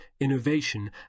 innovation